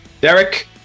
Derek